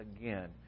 again